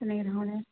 তেনেকুৱা ধৰণে